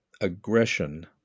aggression